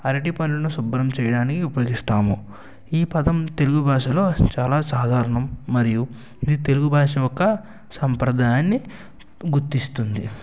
అరటి పనులను శుభ్రం చేయడానికి ఉపయోగిస్తాము ఈ పదం తెలుగు భాషలో చాలా సాధారణం మరియు ఇది తెలుగు భాష యొక్క సంప్రదాయాన్ని గుర్తిస్తుంది